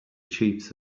chiefs